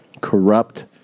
corrupt